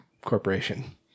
Corporation